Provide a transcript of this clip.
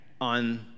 on